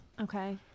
Okay